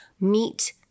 meet